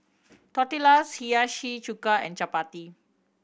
Tortillas Hiyashi Chuka and Chapati